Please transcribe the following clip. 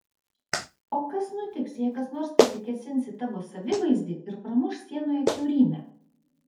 o kas nutiks jei kas nors pasikėsins į tavo savivaizdį ir pramuš sienoje kiaurymę